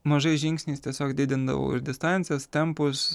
mažais žingsnis tiesiog didindavau ir distancijos tempus